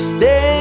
Stay